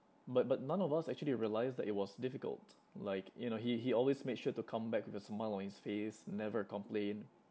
but but none of us actually realised that it was difficult like you know he he always made sure to come back with a smile on his face never complain